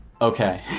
Okay